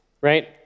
right